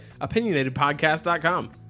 opinionatedpodcast.com